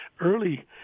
early